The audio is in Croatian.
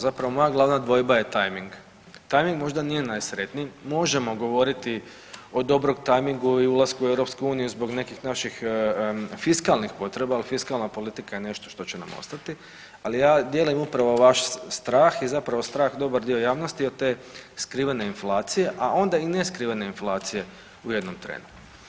Zapravo moja glavna dvojba je tajming, tajming možda nije najsretniji, možemo govoriti o dobrom tajmingu i ulasku u EU zbog nekih naših fiskalnih potreba, ali fiskalna politika je nešto što će nam ostati, ali ja dijelim upravo vaš strah i zapravo strah dobar dio javnosti od te skrivene inflacije, a onda i neskrivene inflacije u jednom trenu.